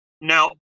Now